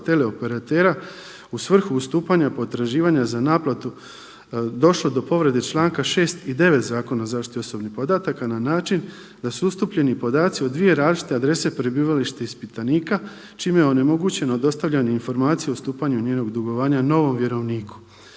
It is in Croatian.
teleoperatera u svrhu ustupanja potraživanja za naplatu došlo do povrede članka 6. i 9. Zakona o zaštiti osobnih podataka na način da su ustupljeni podaci o dvije različite adrese prebivalište ispitanika čime je onemogućeno dostavljanje informacije o stupanju njenog dugovanja novom vjerovniku.